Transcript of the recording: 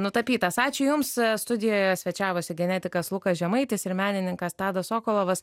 nutapytas ačiū jums studijoje svečiavosi genetikas lukas žemaitis ir menininkas tadas sokolovas